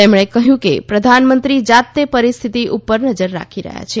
તેમણે કહ્યું કે પ્રધાનમંત્રી જાતે પરિસ્થિતી ઉપર નજર રાખી રહ્યા છે